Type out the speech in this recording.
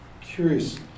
curious